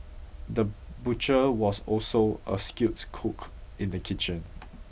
the butcher was also a skilled cook in the kitchen